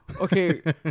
Okay